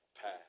path